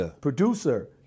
producer